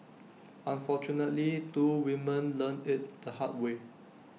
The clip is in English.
unfortunately two women learnt IT the hard way